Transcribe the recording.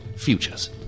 futures